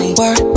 word